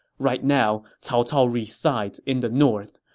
right now, cao cao resides in the north,